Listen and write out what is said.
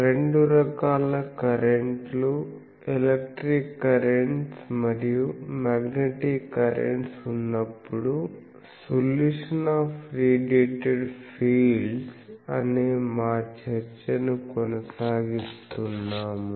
రెండు రకాల కరెంట్లు ఎలక్ట్రిక్ కరెంట్స్ మరియు మాగ్నెటిక్ కరెంట్స్ఉన్నప్పుడు సొల్యూషన్ ఆఫ్ రేడియేటెడ్ ఫీల్డ్స్ అనే మా చర్చను కొనసాగిస్తున్నాము